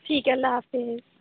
ٹھیک ہے اللہ حافظ